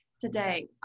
today